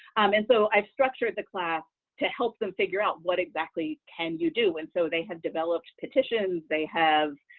um and so, i've structured the class to help them figure out what exactly can you do and so they have developed petitions, they have